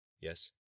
Yes